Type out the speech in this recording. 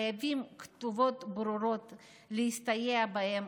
גורמי עזרה חייבים כתובות ברורות להסתייע בהן,